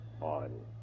on